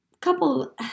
couple